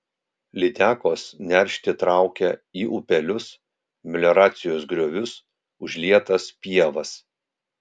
lydekos neršti traukia į upelius melioracijos griovius užlietas pievas